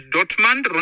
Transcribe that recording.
Dortmund